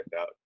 out